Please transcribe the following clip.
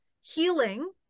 healing